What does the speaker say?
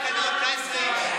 אסור יותר מ-19 איש.